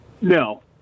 No